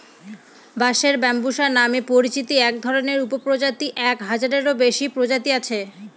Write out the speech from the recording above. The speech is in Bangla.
বাঁশের ব্যম্বুসা নামে পরিচিত একধরনের উপপ্রজাতির এক হাজারেরও বেশি প্রজাতি আছে